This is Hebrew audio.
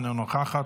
אינה נוכחת,